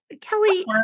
kelly